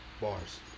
Bars